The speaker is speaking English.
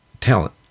talent